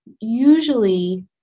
usually